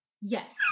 Yes